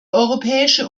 europäische